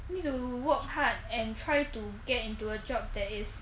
need to work hard and try to get into a job that is